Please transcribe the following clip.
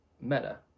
meta